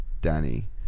danny